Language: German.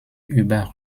über